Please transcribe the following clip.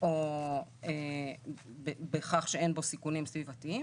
או בכך שאין בו סיכונים סביבתיים,